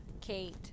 Kate